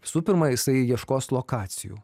visų pirma jisai ieškos lokacijų